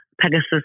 Pegasus